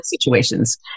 situations